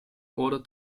order